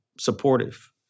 supportive